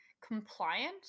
compliant